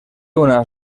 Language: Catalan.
una